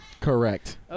correct